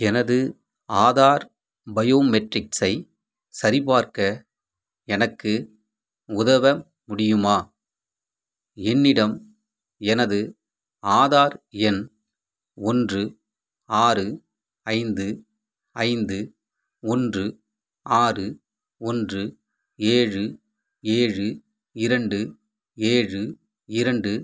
எனது ஆதார் பயோமெட்ரிக்ஸை சரிபார்க்க எனக்கு உதவ முடியுமா என்னிடம் எனது ஆதார் எண் ஒன்று ஆறு ஐந்து ஐந்து ஒன்று ஆறு ஒன்று ஏழு ஏழு இரண்டு ஏழு இரண்டு